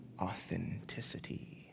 authenticity